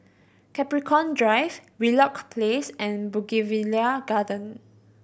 Capricorn Drive Wheelock Place and Bougainvillea Garden